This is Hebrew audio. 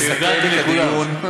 יסכם את הדיון,